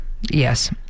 yes